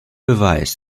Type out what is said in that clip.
beweis